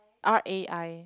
R_A_I